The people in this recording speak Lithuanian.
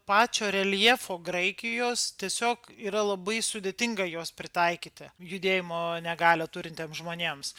pačio reljefo graikijos tiesiog yra labai sudėtinga juos pritaikyti judėjimo negalią turintiem žmonėms